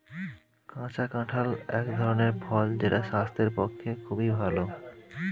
কাঁচা কাঁঠাল এক ধরনের ফল যেটা স্বাস্থ্যের পক্ষে খুবই ভালো